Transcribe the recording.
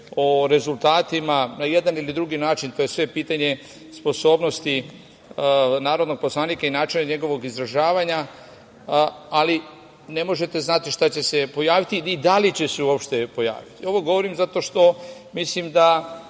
o rezultatima na jedan ili drugi način, to je sve pitanje sposobnosti narodnog poslanika i načina njegovog izražavanja, ali ne možete znati šta će pojaviti i da li će se uopšte pojaviti. Ovo govorim zato što mislim da